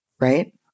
Right